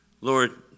Lord